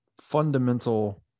fundamental